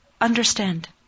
understand